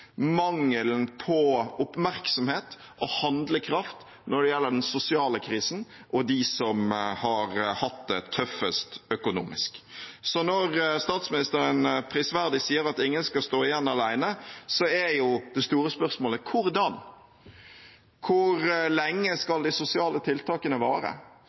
mangelen på oppmerksomhet og handlekraft når det gjelder den sosiale krisen og dem som har hatt det tøffest økonomisk. Så når statsministeren prisverdig sier at ingen skal stå igjen alene, er jo det store spørsmålet: Hvordan? Hvor lenge skal de sosiale tiltakene vare?